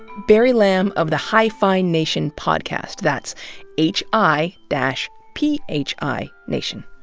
barry lam, of the hi-phi and nation podcast. that's h i, dash p h i, nation.